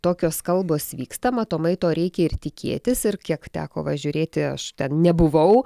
tokios kalbos vyksta matomai to reikia ir tikėtis ir kiek teko va žiūrėti aš nebuvau